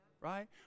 Right